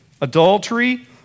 adultery